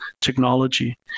technology